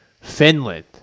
Finland